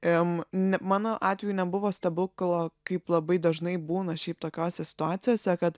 em me mano atveju nebuvo stebuklo kaip labai dažnai būna šiaip tokiose situacijose kad